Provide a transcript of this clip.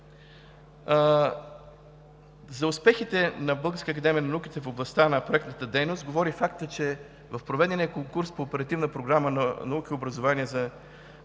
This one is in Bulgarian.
За успехите на Българската академия на науките в областта на проектната дейност говори фактът, че в проведения конкурс по Оперативна програма „Наука и образование“